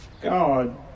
God